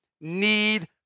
need